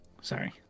Sorry